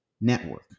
network